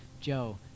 Joe